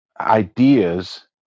ideas